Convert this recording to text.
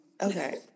Okay